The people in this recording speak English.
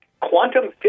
quantum